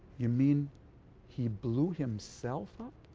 you mean he blew himself up.